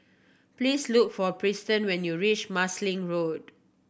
please look for Preston when you reach Marsiling Road